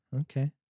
okay